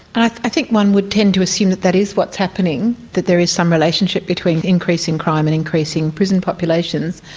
i think one would tend to assume that that is what is happening, that there is some relationship between increasing crime and increasing prison populations,